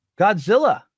Godzilla